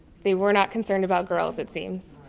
they were not concerned about girls, it seems.